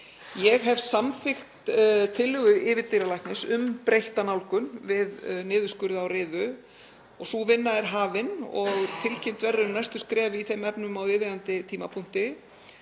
Ég hef samþykkt tillögu yfirdýralæknis um breytta nálgun við niðurskurði á riðu og sú vinna er hafin og tilkynnt verður um næstu skref í þeim efnum á viðeigandi